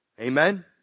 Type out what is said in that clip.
Amen